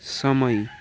समय